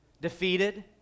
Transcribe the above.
defeated